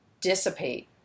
dissipate